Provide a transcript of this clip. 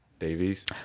Davies